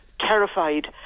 terrified